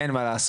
אין מה לעשות,